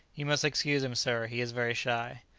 you must excuse him, sir he is very shy.